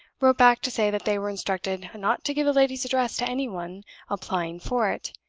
wrote back to say that they were instructed not to give the lady's address to any one applying for it,